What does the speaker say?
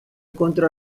contro